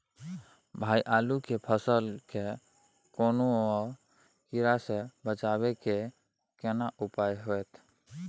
भाई आलू के फसल के कौनुआ कीरा से बचाबै के केना उपाय हैयत?